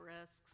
risks